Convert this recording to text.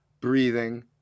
breathing